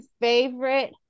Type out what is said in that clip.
favorite